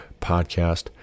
podcast